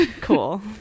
Cool